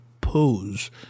Pose